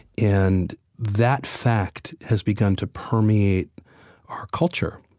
and that fact has begun to permeate our culture.